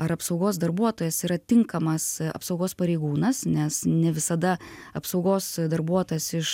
ar apsaugos darbuotojas yra tinkamas apsaugos pareigūnas nes ne visada apsaugos darbuotojas iš